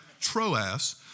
Troas